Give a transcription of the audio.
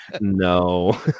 No